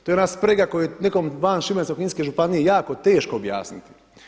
To je ona sprega koju je nekom van Šibensko-kninske županije jako teško objasniti.